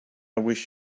wish